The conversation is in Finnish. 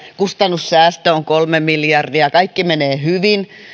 kustannussäästö on kolme miljardia kaikki menee hyvin